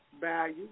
value